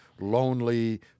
lonely